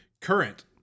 Current